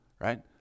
right